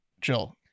Jill